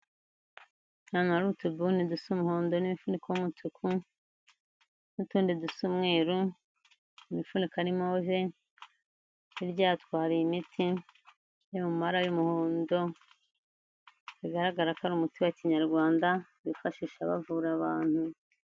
Ni ahantu hari utubuni dusa umuhondo n'imifuniko y'umutuku n'utundi dusa umweru, imifuniko ari move, hirya yatwo hari imiti iri mu mabara y'umuhondo, bigaragara ko ari umuti wa Kinyarwanda bifashisha bavura abantu.